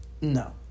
no